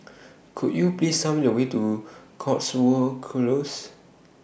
Could YOU Me The Way to Cotswold Close